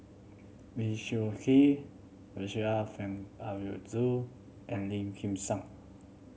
Lee Choon Kee Percival Frank Aroozoo and Lim Kim San